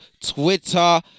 Twitter